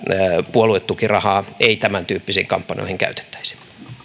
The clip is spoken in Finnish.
puoluetukirahaa ei tämäntyyppisiin kampanjoihin käytettäisi